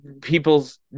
people's